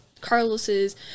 Carlos's